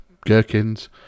gherkins